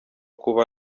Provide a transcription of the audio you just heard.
kuba